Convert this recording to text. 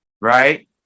right